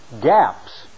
gaps